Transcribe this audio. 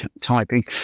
typing